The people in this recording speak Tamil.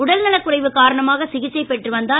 உடல் நலக்குறைவு காரணமாக சிகிச்சை பெற்று வந்தார்